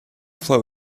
flow